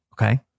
Okay